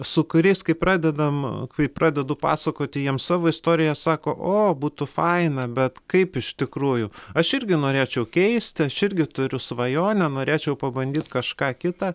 su kuriais kai pradedam kai pradedu pasakoti jiem savo istoriją sako o būtų faina bet kaip iš tikrųjų aš irgi norėčiau keist aš irgi turiu svajonę norėčiau pabandyt kažką kita